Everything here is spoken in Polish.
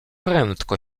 prędko